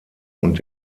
und